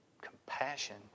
compassion